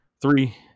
three